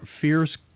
fierce